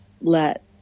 let